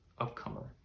upcomer